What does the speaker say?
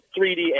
3D